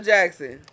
Jackson